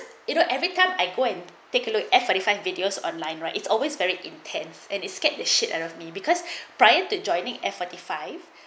you know every time I go and take a look at F forty five videos online right it's always very intense and it scared the shit out of me because prior to joining F forty five